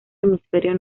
hemisferio